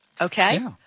okay